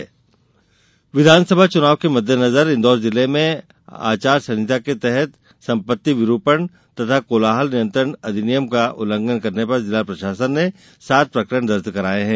प्राथमिकी विधानसभा चुनाव के मद्देनजर इंदौर जिले में आचार संहिता के तहत सम्पत्ति विरूपण तथा कोलाहल नियंत्रण अधिनियम का उल्लंघन करने पर जिला प्रशासन ने सात प्रकरण दर्ज कराये हैं